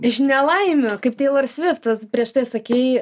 iš nelaimių kaip teilor svift prieš tai sakei